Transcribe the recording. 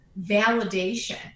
validation